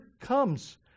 comes